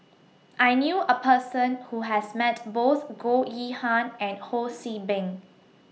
I knew A Person Who has Met Both Goh Yihan and Ho See Beng